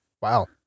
Wow